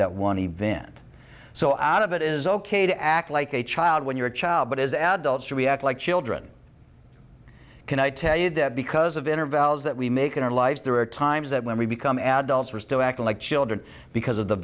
that one event so out of it is ok to act like a child when you're a child but as adults we act like children can i tell you that because of inner values that we make in our lives there are times that when we become adults we're still acting like children because of the